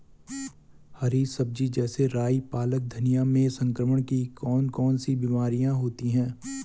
हरी सब्जी जैसे राई पालक धनिया में संक्रमण की कौन कौन सी बीमारियां होती हैं?